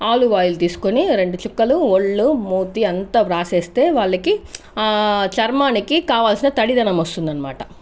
olive oil తీసుకుని రెండు చుక్కలు ఒళ్ళు మూతి అంతా రాసేస్తే వాళ్ళకి చర్మానికి కావలసిన తడిదనం వస్తుందనమాట